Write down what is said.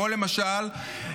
למשל,